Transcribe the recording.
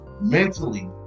mentally